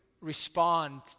respond